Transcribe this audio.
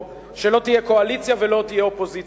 שלא תהיה קואליציה ולא תהיה אופוזיציה.